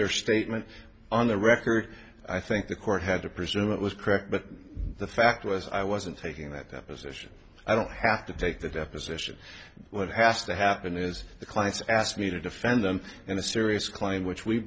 their statement on the record i think the court had to presume it was correct but the fact was i wasn't taking that deposition i don't have to take the deposition what has to happen is the clients ask me to defend them in a serious claim which we